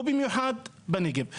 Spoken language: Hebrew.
או במיוחד בנגב.